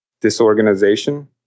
Disorganization